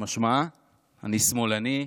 משמע אני שמאלני,